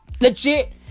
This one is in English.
Legit